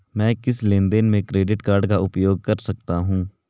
मैं किस लेनदेन में क्रेडिट कार्ड का उपयोग कर सकता हूं?